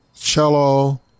cello